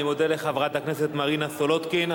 אני מודה לחברת הכנסת מרינה סולודקין.